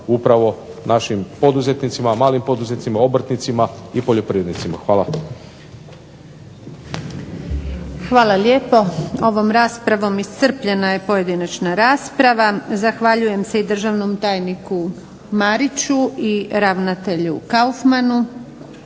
upravo našim poduzetnicima, malim poduzetnicima, obrtnicima i poljoprivrednicima. Hvala. **Antunović, Željka (SDP)** Hvala lijepo. Ovom raspravom iscrpljena je pojedinačna rasprava. Zahvaljujem se i državnom tajniku Mariću i ravnatelju Kaufmanu